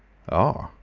ah!